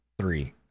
three